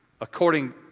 according